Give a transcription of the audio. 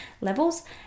levels